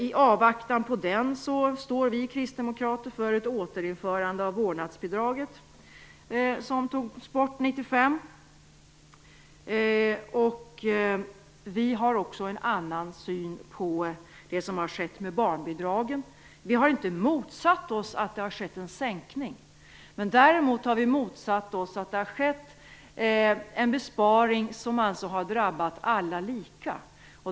I avvaktan på den står vi kristdemokrater för ett återinförande av vårdnadsbidraget, som togs bort 1995. Vi har också en annan syn på det som har skett med barnbidragen. Vi har inte motsatt oss att det har skett en sänkning. Däremot har vi motsatt oss att det har skett en besparing som drabbat alla lika.